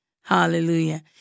Hallelujah